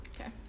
Okay